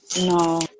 No